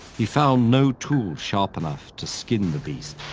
he found no tool sharp enough to skin the beast,